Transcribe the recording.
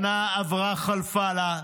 שנה עברה חלפה לה,